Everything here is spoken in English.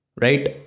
right